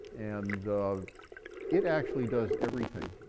and it actually does everything.